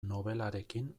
nobelarekin